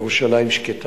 ירושלים שקטה,